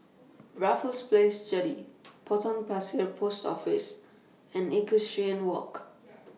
Raffles Place Jetty Potong Pasir Post Office and Equestrian Walk